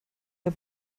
der